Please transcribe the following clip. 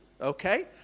okay